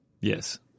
Yes